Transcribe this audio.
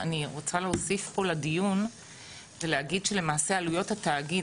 אני רוצה להוסיף לדיון ולהגיד שעלויות התאגיד,